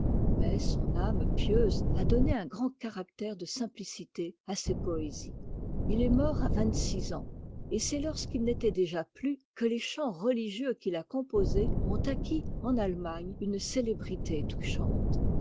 mais son âme pieuse a donné un grand caractère de simplicité à ses poésies h est mort à vingt-six ans et c'est lorsqu'il n'était déjà plus que les chants religieux qu'il a composés ont acquis en allemagne une célébrité touchante